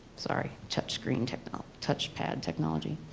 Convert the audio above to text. sorry, touch screen technology, touch pad technology,